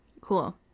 Cool